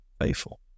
faithful